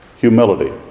humility